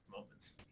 moments